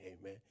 amen